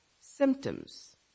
symptoms